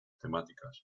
temáticas